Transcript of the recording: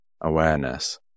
awareness